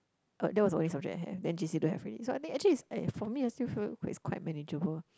uh that was the only subject I have then J_C don't have already so I think actually is I for me I still feel is quite manageable